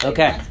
Okay